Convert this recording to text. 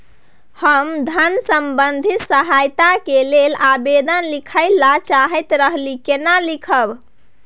हम धन संबंधी सहायता के लैल आवेदन लिखय ल चाहैत रही केना लिखब?